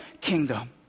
kingdom